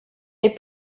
est